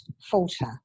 falter